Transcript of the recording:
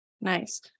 Nice